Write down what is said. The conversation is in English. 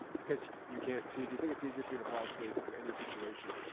because you can't see? do you think it's easier for you to fall asleep in any situation?